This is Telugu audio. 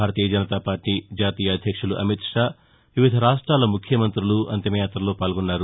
భారతీయ జనతాపార్టీ జాతీయ అధ్యక్షులు అమిత్ షా వివిధ రాష్ట్రాల ముఖ్యమంతులు అంతిమయాతలో పాల్గొన్నారు